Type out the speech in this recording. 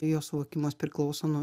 jo suvokimas priklauso nuo